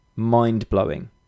mind-blowing